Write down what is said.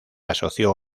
asoció